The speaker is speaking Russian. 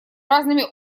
разными